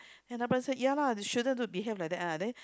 then the person said ya lah they shouldn't do behave like that then